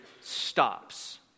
stops